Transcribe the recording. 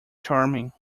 charming